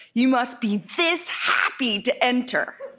you must be this happy to enter.